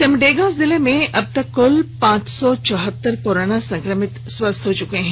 सिमंडेगा जिले में अबतक क्ल पांच सौ चौहत्तर कोरोना संक्रमित स्वस्थ हो चुके हैं